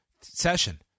session